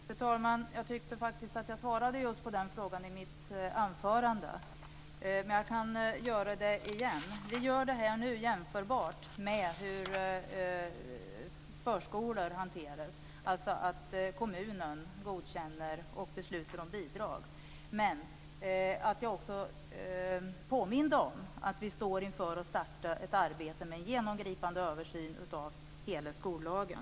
Fru talman! Jag tyckte faktiskt att jag svarade just på den frågan i mitt anförande. Men jag kan göra det igen. Vi gör detta jämförbart med hur förskolor hanteras, dvs. att kommunen godkänner och beslutar om bidrag. Men jag påminde också om att vi står inför att starta ett arbete med en genomgripande översyn av hela skollagen.